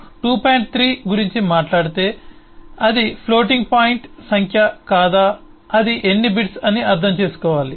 3 గురించి మాట్లాడితే అది ఫ్లోటింగ్ పాయింట్ సంఖ్య కాదా అది ఎన్ని బిట్స్ అని అర్థం చేసుకోవాలి